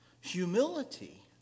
Humility